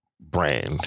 brand